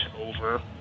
over